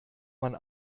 man